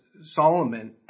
Solomon